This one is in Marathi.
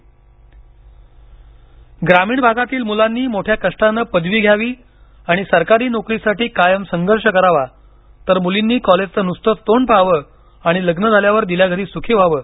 गाव तिथे अधिकारी ग्रामीण भागातील मुलांनी मोठ्या कष्टानं पदवी घ्यावी आणि सरकारी नोकरीसाठी कायम संघर्ष करावा तर मूलींनी कॉलेजचं नूसतंच तोंड पहावं आणि लग्न झाल्यावर दिल्या घरी सुखी व्हावं